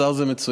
השר זה מצוין.